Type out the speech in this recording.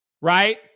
right